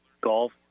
golf